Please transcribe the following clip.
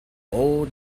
old